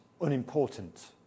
unimportant